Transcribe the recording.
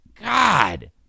God